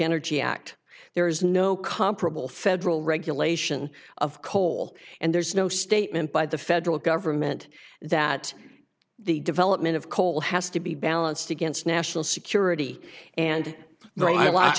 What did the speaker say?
energy act there is no comparable federal regulation of coal and there's no statement by the federal government that the development of coal has to be balanced against national security and